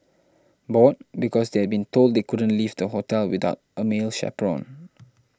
bored because they has been told they couldn't leave the hotel without a male chaperone